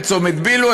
את צומת ביל"ו,